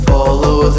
Follow